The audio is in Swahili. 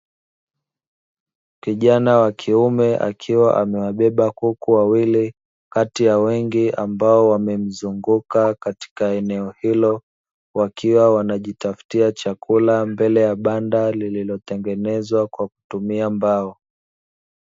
Kijana wakiume akiwa amewabeba kuku wawili kati ya wengi ambao wamemzunguka katika eneo hilo, wakiwa wanajitafutia chakula mbele ya banda lililotengenezwa kwa kutumia mbao.